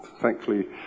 thankfully